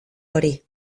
hori